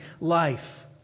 life